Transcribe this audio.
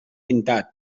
pintat